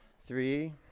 three